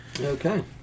Okay